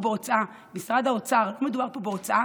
משרד האוצר, לא מדובר פה בהוצאה,